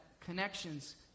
connections